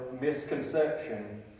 misconception